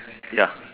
ya